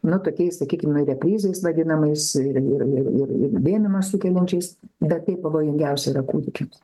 nu tokiais sakykim repryzais vadinamais ir vėmimą sukeliančiais bet tai pavojingiausia yra kūdikiams